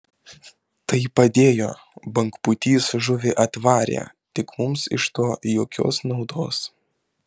tai padėjo bangpūtys žuvį atvarė tik mums iš to jokios naudos